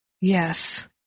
Yes